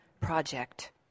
Project